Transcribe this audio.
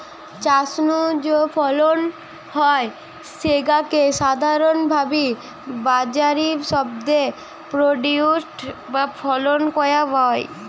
চাষ নু যৌ ফলন হয় স্যাগা কে সাধারণভাবি বাজারি শব্দে প্রোডিউস বা ফসল কয়া হয়